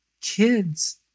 kids